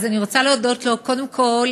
אז אני רוצה להודות לו, קודם כול,